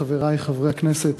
חברי חברי הכנסת,